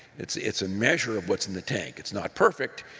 it's it's a measure of what's in the tank. it's not perfect,